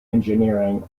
engineering